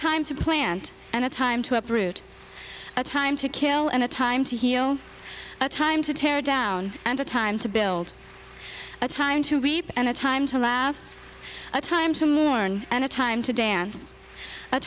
time to plant and a time to uproot a time to kill and a time to heal a time to tear down and a time to build a time to reap and a time to laugh a time to mourn and a time to dance a